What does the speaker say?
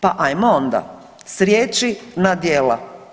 Pa hajmo onda s riječi na djela.